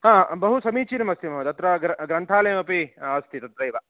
हा बहु समीचीनमस्ति महोदय अत्र ग्र ग्रन्थालयमपि अस्ति तत्रैव